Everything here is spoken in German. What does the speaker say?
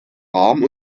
rahm